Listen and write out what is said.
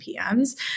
PMs